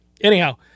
Anyhow